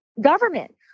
government